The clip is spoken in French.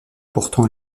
portant